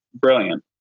brilliant